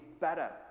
better